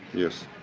yes.